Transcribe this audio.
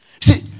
See